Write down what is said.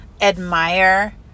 admire